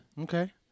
Okay